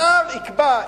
השר יקבע,